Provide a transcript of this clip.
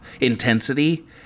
intensity